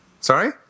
Sorry